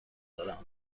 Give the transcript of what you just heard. دارم